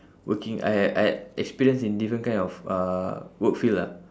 working I had I had experience in different kind of uh work field lah